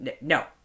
No